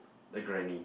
the granny